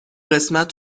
قسمت